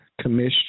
commission